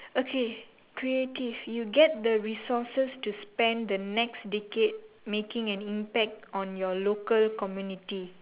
okay creative you get the resources to spend the next decade making an impact on your local community